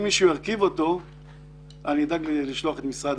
אם מישהו ירכיב אותו אני אדאג לשלוח את משרד